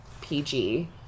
PG